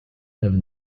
have